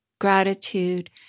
gratitude